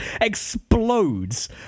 explodes